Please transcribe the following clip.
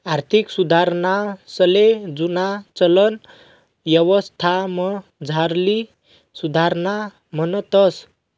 आर्थिक सुधारणासले जुना चलन यवस्थामझारली सुधारणा म्हणतंस